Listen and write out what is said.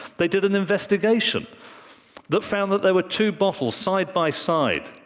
they did an investigation that found that there were two bottles, side by side,